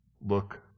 look